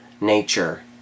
nature